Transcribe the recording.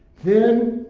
then,